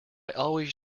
always